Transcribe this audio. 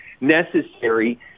necessary